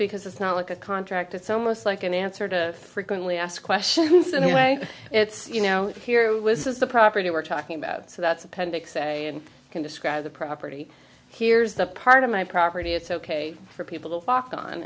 because it's not like a contract it's almost like an answer to frequently asked questions and the way it's you know here was is the property we're talking about so that's appendix a and i can describe the property here's the part of my property it's ok for people